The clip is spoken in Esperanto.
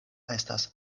estas